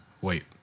wait